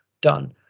done